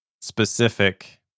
specific